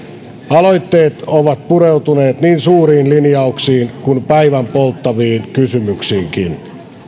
aloitteet ovat pureutuneet niin suuriin linjauksiin kuin päivänpolttaviin kysymyksiinkin